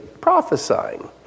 prophesying